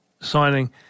signing